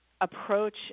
approach